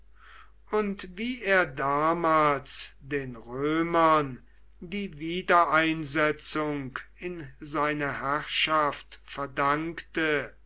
und wie er damals den römern die wiedereinsetzung in seine herrschaft verdankte